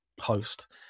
Post